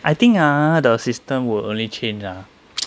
I think ah the system will only change ah